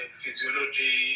physiology